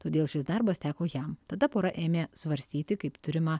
todėl šis darbas teko jam tada pora ėmė svarstyti kaip turimą